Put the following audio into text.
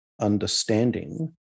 understanding